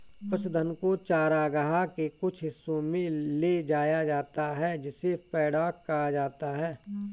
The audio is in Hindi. पशुधन को चरागाह के कुछ हिस्सों में ले जाया जाता है जिसे पैडॉक कहा जाता है